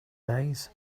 days